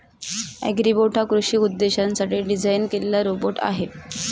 Agribot हा कृषी उद्देशांसाठी डिझाइन केलेला रोबोट आहे